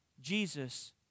Jesus